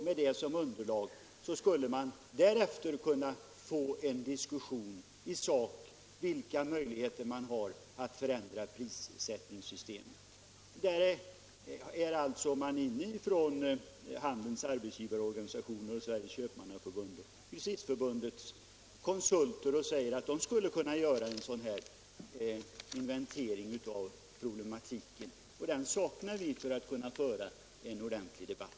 Med det som underlag skulle man kunna få en diskussion i sak om möjligheterna att förändra prissättningssystemet. Dessa konsulter säger att man skulle kunna göra en inventering av problematiken. En sådan saknar vi för att kunna föra en ordentlig debatt.